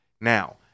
Now